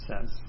says